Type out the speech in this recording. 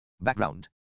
Background